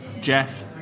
Jeff